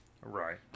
Right